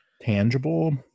tangible